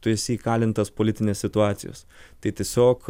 tu esi įkalintas politinės situacijos tai tiesiog